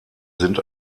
sind